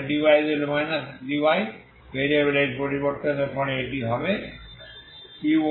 তাহলে dy dy ভেরিয়েবলের এই পরিবর্তনের পরে এটি u1xt